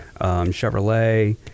Chevrolet